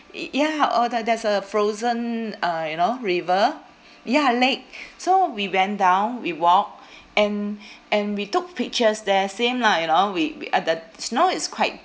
i~ ya uh there there's a frozen uh you know river ya lake so we went down we walked and and we took pictures there same lah you know we we uh the snow is quite